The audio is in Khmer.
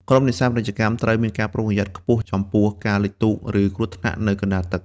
ក្រុមនេសាទពាណិជ្ជកម្មត្រូវមានការប្រុងប្រយ័ត្នខ្ពស់ចំពោះ ការលិចទូក ឬគ្រោះថ្នាក់នៅកណ្តាលទឹក។